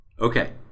Okay